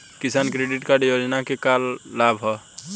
किसान credit card योजना के का का लाभ ह?